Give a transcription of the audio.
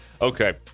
Okay